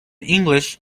english